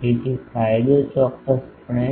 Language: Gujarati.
તેથી ફાયદો ચોક્કસપણે